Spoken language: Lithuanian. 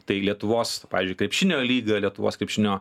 tai lietuvos pavyzdžiui krepšinio lyga lietuvos krepšinio